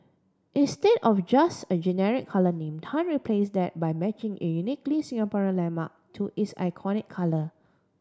instead of just a generic colour name Tan replace that by matching a uniquely Singaporean landmark to its iconic colour